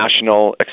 National